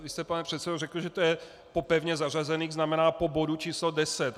Vy jste, pane předsedo, řekl, že to je po pevně zařazených, tzn. po bodu číslo 10.